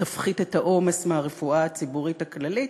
תפחית את העומס מהרפואה הציבורית הכללית.